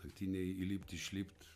naktiniai įlipt išlipt